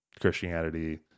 Christianity